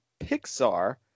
Pixar